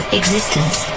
existence